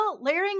layering